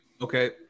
Okay